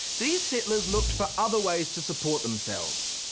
these settlers looked for other ways to support themselves,